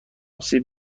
سیب